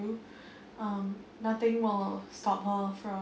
um nothing will stop her from